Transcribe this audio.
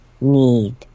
need